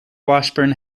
washburn